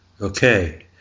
Okay